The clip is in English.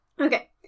Okay